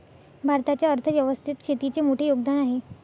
भारताच्या अर्थ व्यवस्थेत शेतीचे मोठे योगदान आहे